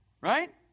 right